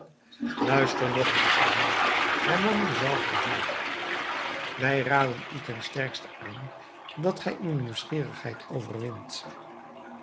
luister nogmaals naar mij hernam dezelfde heer wij raden u ten sterkste aan dat gij uwe nieuwsgierigheid overwint